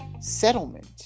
settlement